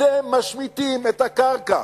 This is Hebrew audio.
אתם משמיטים את הקרקע